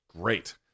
great